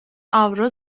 avro